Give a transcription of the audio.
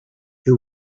who